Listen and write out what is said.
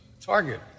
target